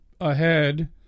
ahead